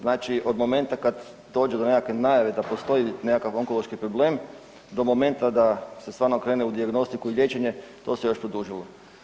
Znači od momenta kad dođe do nekakve najave da postoji nekakav onkološki problem do momenta da se stvarno krene u dijagnostiku i liječenje to se još produžilo.